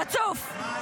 חצוף.